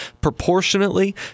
proportionately